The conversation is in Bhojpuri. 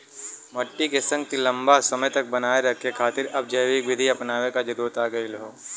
मट्टी के शक्ति लंबा समय तक बनाये खातिर अब जैविक विधि अपनावे क जरुरत आ गयल हौ